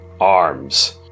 arms